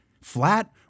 flat